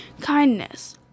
kindness